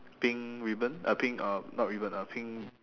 pink ribbon a pink uh not ribbon a pink